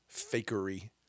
fakery